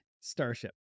starship